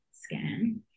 scan